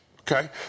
Okay